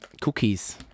cookies